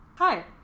Hi